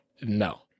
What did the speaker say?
No